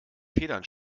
federn